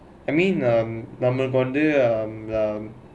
I mean um நம்பேளுக்கு வந்து:nambaelukku vanthu um um